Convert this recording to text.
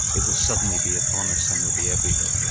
it will suddenly be upon us and they will be everywhere.